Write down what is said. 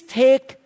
take